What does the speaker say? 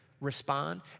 respond